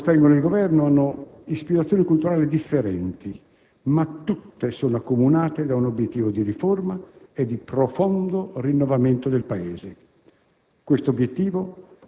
Le forze che sostengono il Governo hanno ispirazioni culturali differenti, ma tutte sono accomunate da un obiettivo di riforma e di profondo rinnovamento del Paese.